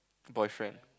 boyfriend